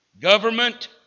government